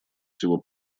всего